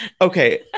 Okay